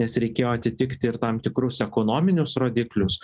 nes reikėjo atitikti ir tam tikrus ekonominius rodiklius